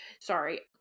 sorry